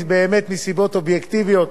באמת מסיבות אובייקטיביות,